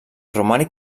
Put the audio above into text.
romànic